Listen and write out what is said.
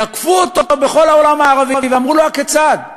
תקפו אותו בכל העולם הערבי ואמרו לו: הכיצד?